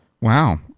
Wow